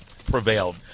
prevailed